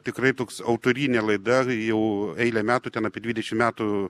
tikrai toks autorinė laida jau eilę metų ten apie dvidešim metų